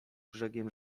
brzegiem